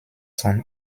son